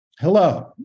Hello